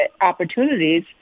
opportunities